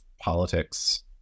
politics